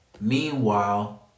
Meanwhile